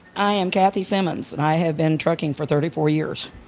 i am cathy simmons and i have been trucking for thirty four years.